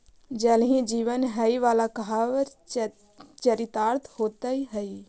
जल ही जीवन हई वाला कहावत चरितार्थ होइत हई